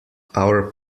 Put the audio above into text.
our